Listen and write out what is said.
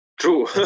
True